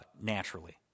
naturally